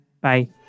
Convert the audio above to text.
Bye